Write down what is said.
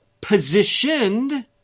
positioned